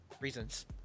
reasons